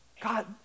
God